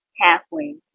halfway